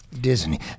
Disney